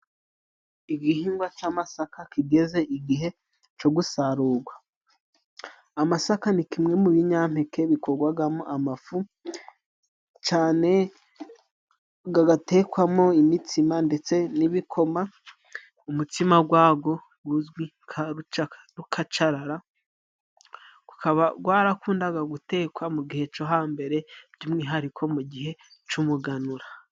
Igihingwa c'amasaka kigeze igihe co gusarugwa. Amasaka ni kimwe mu binyampeke bikorwagamo amafu cane gagatekwamo imitsima ndetse n'ibikoma. Umutsima gwago guzwi nka ruca rukacarara gukaba gwarakundaga gutekwa mu gihe co hambere by'umwihariko mu gihe c'umuganura.